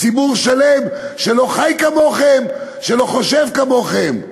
ציבור שלם שלא חי כמוכם, שלא חושב כמוכם.